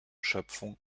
schöpfung